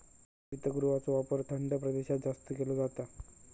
हरितगृहाचो वापर थंड प्रदेशात जास्त केलो जाता